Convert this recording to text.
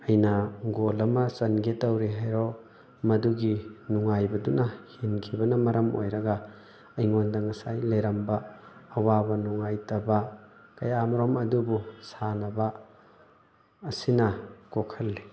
ꯑꯩꯅ ꯒꯣꯜ ꯑꯃ ꯆꯟꯒꯦ ꯇꯧꯔꯦ ꯍꯥꯏꯔꯣ ꯃꯗꯨꯒꯤ ꯅꯨꯡꯉꯥꯏꯕꯗꯨꯅ ꯍꯦꯟꯈꯤꯕꯅ ꯃꯔꯝ ꯑꯣꯏꯔꯒ ꯑꯩꯉꯣꯟꯗ ꯉꯁꯥꯏ ꯂꯩꯔꯝꯕ ꯑꯋꯥꯕ ꯅꯨꯡꯉꯥꯏꯇꯕ ꯀꯌꯥꯃꯔꯨꯝ ꯑꯗꯨꯕꯨ ꯁꯥꯟꯅꯕ ꯑꯁꯤꯅ ꯀꯣꯛꯍꯜꯂꯤ